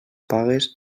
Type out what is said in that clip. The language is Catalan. pagues